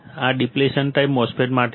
આ depletion type MOSFET માટે છે